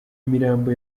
mirambo